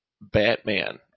Batman